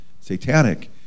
satanic